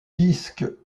disque